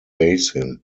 basin